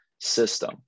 system